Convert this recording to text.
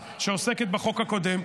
ועדת העבודה והרווחה, שעוסקת בחוק הקודם.